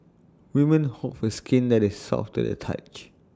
women hope for skin that is soft to the touch